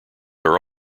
are